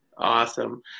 Awesome